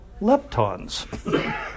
leptons